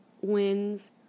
wins